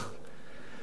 מה שאתם עושים,